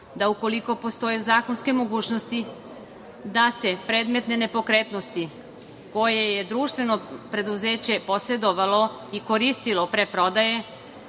da ukoliko postoje zakonske mogućnost, da se predmetne nepokretnosti koje je društveno preduzeće posedovalo i koristilo pre prodaje,